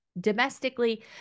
domestically